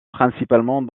principalement